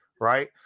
Right